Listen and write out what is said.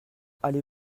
allez